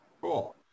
Cool